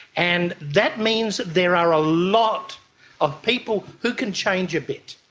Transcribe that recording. and that means there are a lot of people who can change a bit,